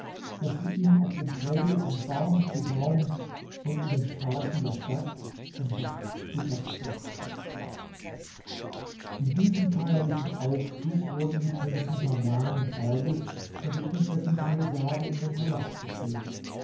daß sie ihm auf dem felde von baum zu baum und in den straßen der stadt von dach zu dach nachfolgten in diesem feierlichen aufzug wurden die prinzen bahman und perwis und die prinzessin parisade in den palast geführt